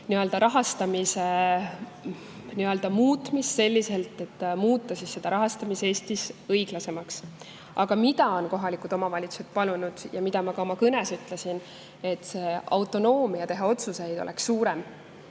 rahastamise muutmise selliselt, et see rahastamine oleks Eestis õiglasem. Aga mida on kohalikud omavalitsused palunud ja mida ma ka oma kõnes ütlesin: autonoomia otsuseid teha peab